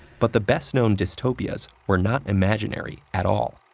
but the best known dystopias were not imaginary at all.